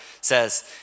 says